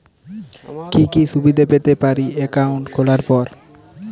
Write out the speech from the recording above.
কি কি সুবিধে পেতে পারি একাউন্ট খোলার পর?